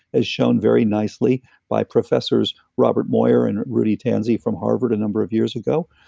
as shown very nicely by professors robert moir, and rudy tanzi from harvard, a number of years ago.